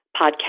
podcast